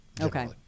Okay